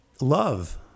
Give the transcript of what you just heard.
Love